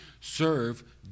serve